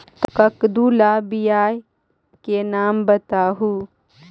कददु ला बियाह के नाम बताहु?